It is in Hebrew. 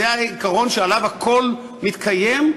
זה העיקרון שעליו הכול מתקיים,